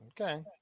Okay